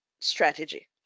strategy